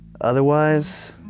otherwise